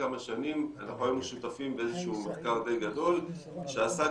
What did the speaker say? היינו שותפים באיזה שהוא מחקר די גדול שעסק